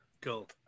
Cool